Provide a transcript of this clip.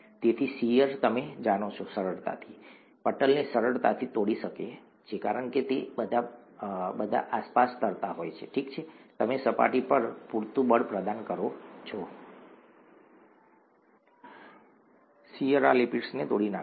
તેથી શીયર તમે જાણો છો સરળતાથી પટલને સરળતાથી તોડી શકે છે કારણ કે તે બધા આસપાસ તરતા હોય છે ઠીક છે તમે સપાટી પર પૂરતું બળ પ્રદાન કરો છો શીયર આ લિપિડ્સને તોડી નાખશે